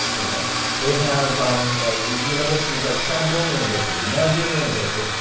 you know they have um universities like shandong university, nanjing university.